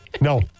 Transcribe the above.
No